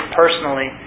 personally